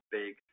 big